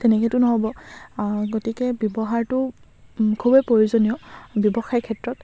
তেনেকেতো নহ'ব গতিকে ব্যৱহাৰটো খুবেই প্ৰয়োজনীয় ব্যৱসায় ক্ষেত্ৰত